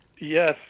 Yes